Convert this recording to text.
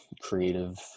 creative